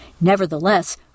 Nevertheless